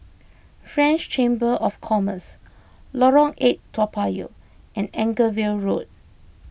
French Chamber of Commerce Lorong eight Toa Payoh and Anchorvale Road